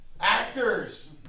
Actors